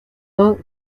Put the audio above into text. vingt